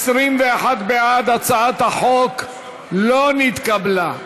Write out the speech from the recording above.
התשע"ה 2015, נתקבלה.